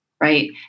right